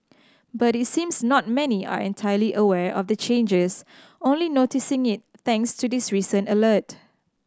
but it seems not many are entirely aware of the changes only noticing it thanks to this recent alert